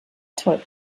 toll